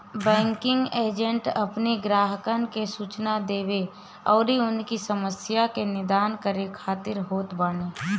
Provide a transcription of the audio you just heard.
banking agent अपनी ग्राहकन के सूचना देवे अउरी उनकी समस्या के निदान करे खातिर होत बाने